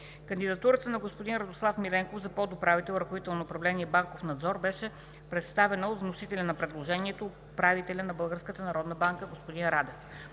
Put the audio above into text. Кандидатурата на господин Радослав Миленков за подуправител – ръководител на управление „Банков надзор“, беше представена от вносителя на предложението – управителя на Българската